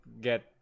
get